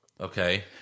Okay